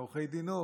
מעורכי דינו,